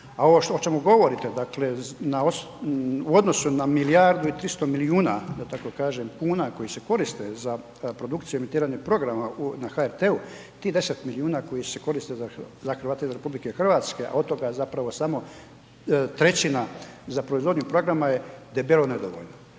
o čemu govorite, dakle u odnosu na milijardu i 300 milijuna da tako kažem, kuna koji se koriste za produkciju emitiranja programa na HRT-u, ti 10 milijuna koji se koriste za Hrvate izvan RH, a od toga zapravo samo trećina za proizvodnju programa je debelo nedovoljno,